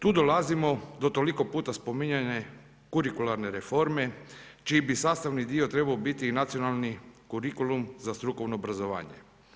Tu dolazimo do toliko puta spominjane kurikularne reforme čiji bi sastavni dio trebao biti i nacionalni kurikulum za strukovno obrazovanje.